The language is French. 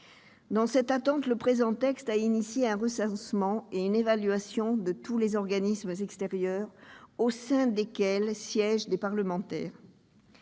Dans cette attente, la présente proposition de loi a entamé un recensement et une évaluation de tous les organismes extérieurs au sein desquels siègent des parlementaires